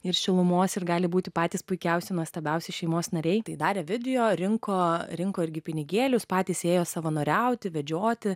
ir šilumos ir gali būti patys puikiausi nuostabiausi šeimos nariai tai darė video rinko rinko irgi pinigėlius patys ėjo savanoriauti vedžioti